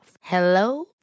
Hello